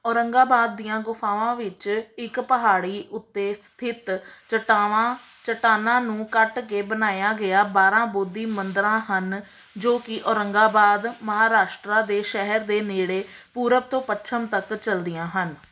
ਔਰੰਗਾਬਾਦ ਦੀਆਂ ਗੁਫ਼ਾਵਾਂ ਵਿੱਚ ਇੱਕ ਪਹਾੜੀ ਉੱਤੇ ਸਥਿਤ ਚੱਟਾਵਾਂ ਚੱਟਾਨਾਂ ਨੂੰ ਕੱਟ ਕੇ ਬਣਾਇਆਂ ਗਿਆ ਬਾਰ੍ਹਾਂ ਬੋਧੀ ਮੰਦਰਾਂ ਹਨ ਜੋ ਕਿ ਔਰੰਗਾਬਾਦ ਮਹਾਰਾਸ਼ਟਰਾ ਦੇ ਸ਼ਹਿਰ ਦੇ ਨੇੜੇ ਪੂਰਬ ਤੋਂ ਪੱਛਮ ਤੱਕ ਚਲਦੀਆਂ ਹਨ